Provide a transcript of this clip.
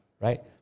right